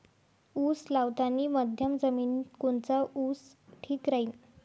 उस लावतानी मध्यम जमिनीत कोनचा ऊस ठीक राहीन?